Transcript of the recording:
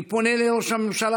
אני פונה לראש הממשלה,